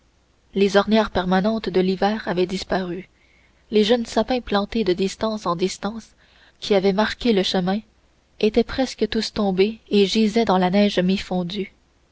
les ornières permanentes de l'hiver avaient disparu les jeunes sapins plantés de distance en distance qui avaient marqué le chemin étaient presque tous tombés et gisaient dans la neige mi fondue